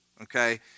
okay